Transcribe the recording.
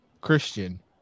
Christian